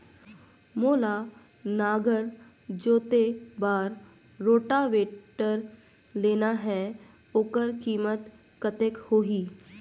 मोला नागर जोते बार रोटावेटर लेना हे ओकर कीमत कतेक होही?